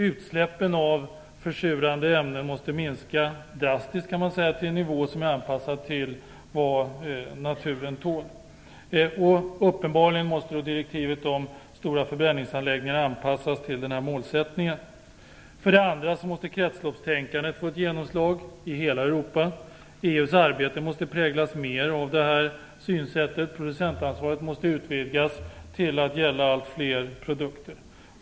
Utsläppen av försurande ämnen måste minska drastiskt, till en nivå som är anpassad till vad naturen tål. Uppenbarligen måste direktivet om stora förbränningsanläggningar anpassas till den här målsättningen. För det andra måste kretsloppstänkandet få ett genomslag i hela Europa. EU:s arbete måste präglas mer av det här synsättet. Producentansvaret måste utvidgas till att gälla allt fler produkter.